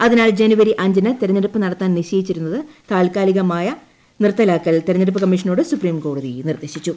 അതിനാൽ ജനുവരി അഞ്ചിന് തിരഞ്ഞെടുപ്പ് നടത്താൻ നിശ്ചയിച്ചിരുന്നത് താൽക്കാലികമായി നിർത്തലാക്കാൻ തിരഞ്ഞെടുപ്പ് കമ്മീഷനോട് സുപ്രീംകോടതി നിർദ്ദേശിച്ചു